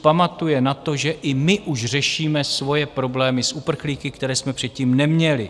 Pamatuje na to, že i my už řešíme svoje problémy s uprchlíky, které jsme předtím neměli.